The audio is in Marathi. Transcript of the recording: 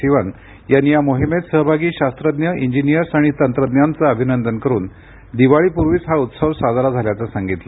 सिवन यांनी या मोहिमेत सहभागी शास्त्रज्ञ इंजिनियर्स आणि तंत्रज्ञांचं अभिनंदन करुन दिवाळीपूर्वीच हा उत्सव साजरा झाल्याचं सांगितलं